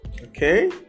Okay